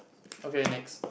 okay next